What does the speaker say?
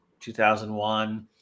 2001